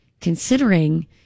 considering